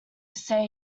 say